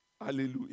Hallelujah